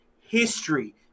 history